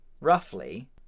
Roughly